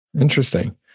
Interesting